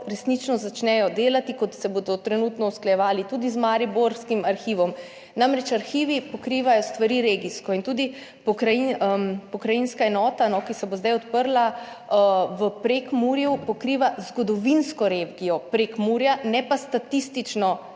resnično začnejo delati, kot se bodo trenutno usklajevali tudi z mariborskim arhivom, namreč arhivi pokrivajo stvari regijsko in tudi pokrajinska enota, ki se bo zdaj odprla v Prekmurju, pokriva zgodovinsko regijo Prekmurja, ne pa statistično